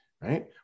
right